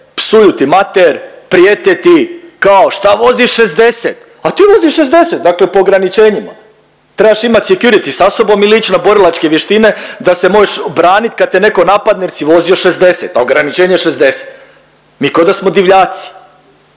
psuju ti mater, prijete ti kao šta voziš 60, a ti voziš 60 dakle po ograničenjima. Trebaš imati security sa sobom ili ići na borilačke vještine da se možeš obranit kad te netko napadne jer si vozio 60, a ograničenje je 60. Mi ko da smo divljaci,